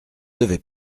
devait